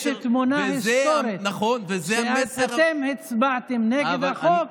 יש לי תמונה היסטורית שאתם הצבעתם נגד החוק.